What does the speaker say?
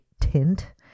tint